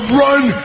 run